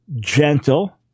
gentle